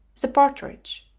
the partridge.